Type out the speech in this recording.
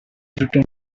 written